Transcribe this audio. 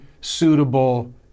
suitable